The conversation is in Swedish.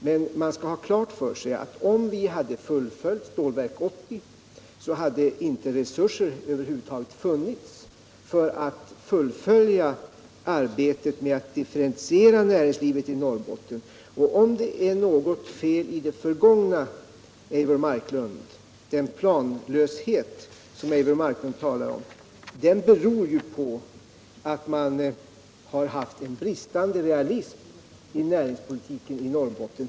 Men man skall ha klart för sig att om vi fullföljt Stålverk 80, så hade resurser över huvud taget inte funnits för att fullfölja arbetet med att differentiera näringslivet i Norrbotten. Den planlöshet i det förgångna, som Eivor Marklund talade om, berodde just på en bristande realism när det gällde näringspolitiken i Norrbotten.